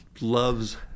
loves